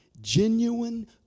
genuine